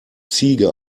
ziege